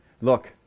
Look